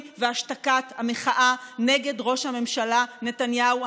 והשתקת המחאה נגד ראש הממשלה נתניהו,